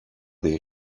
des